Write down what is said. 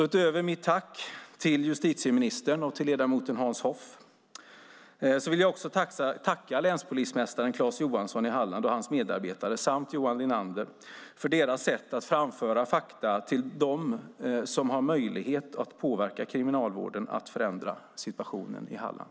Utöver mitt tack till justitieministern och till ledamoten Hans Hoff vill jag också tacka länspolismästare Klas Johansson i Halland och hans medarbetare samt Johan Linander för deras sätt att framföra fakta till dem som har möjlighet att påverka Kriminalvården att förändra situationen i Halland.